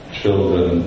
children